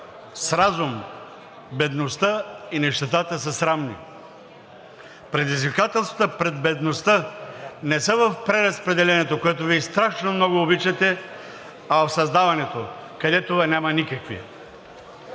с разум, бедността и нищетата са срамни. Предизвикателствата пред бедността не са в преразпределението, което Вие страшно много обичате, а в създаването, където Ви няма никакви.